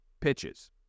pitches